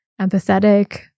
empathetic